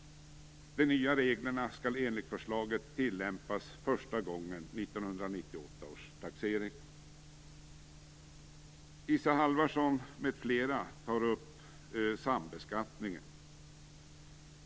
De nya reglerna skall enligt förslaget tillämpas första gången vid 1998 års taxering.